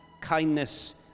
kindness